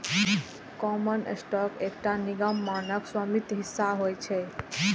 common stock एकटा निगमक मानक स्वामित्व हिस्सा होइ छै